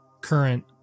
current